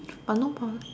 but no toilet